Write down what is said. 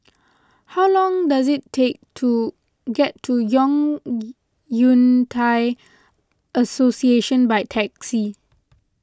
how long does it take to get to Yun Thai Association by taxi